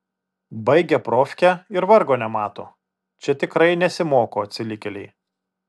baigia profkę ir vargo nemato čia tikrai nesimoko atsilikėliai